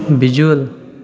visual